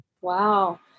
Wow